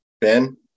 Ben